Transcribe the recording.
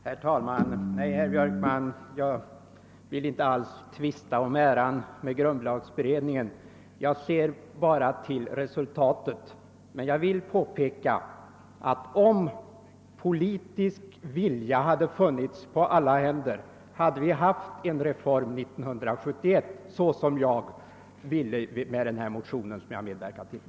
Herr talman! Nej, herr Björkman, jag vill inte alls tvista om äran med grundlagberedningen. Jag ser bara till resultatet men vill påpeka, att om politisk vilja hade funnits på alla håll skulle det ha genomförts åtminstone en partiell reform 1971, vilket är syftet med den motion jag står bakom.